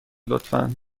لطفا